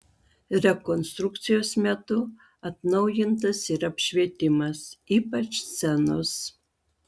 rekonstrukcijos metu atnaujintas ir apšvietimas ypač scenos